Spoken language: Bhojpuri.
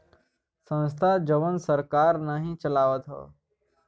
संस्था जवन सरकार नाही चलावत हौ